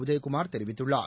உதயகுமார் தெரிவித்துள்ளார்